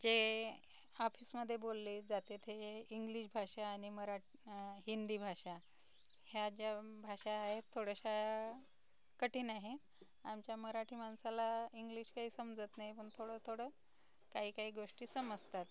जे ऑफिसमध्ये बोलले जाते तेे इंग्लिश भाषा आणि मरा हिंदी भाषा ह्या ज्या भाषा आहेत थोड्याश्या कठीण आहेत आमच्या मराठी माणसाला इंग्लिश काही समजत नाही पण थोडं थोडं काही काही गोष्टी समजतात